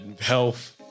health